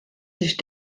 sich